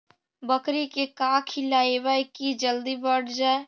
बकरी के का खिलैबै कि जल्दी बढ़ जाए?